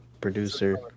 Producer